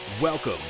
Welcome